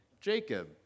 Jacob